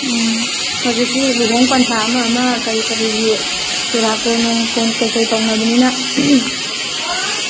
ꯎꯝ ꯍꯧꯖꯤꯛꯇꯤ ꯂꯨꯍꯣꯡ ꯄꯟꯊꯥ ꯑꯃ ꯑꯃ ꯀꯔꯤꯒꯤ ꯆꯨꯔꯥꯀꯣꯔꯣꯟ ꯅꯨꯡꯀꯣꯟ ꯀꯩꯀꯩ ꯇꯧꯅꯕꯅꯤꯅ